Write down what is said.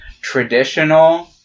traditional